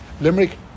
Limerick